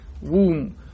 womb